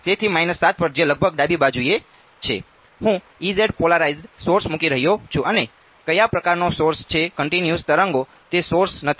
તેથી 7 પર જે લગભગ ડાબી બાજુએ છે હું પોલરાઇઝ્ડ સોર્સ મૂકી રહ્યો છું અને કયા પ્રકારનો સોર્સ છે